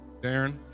Darren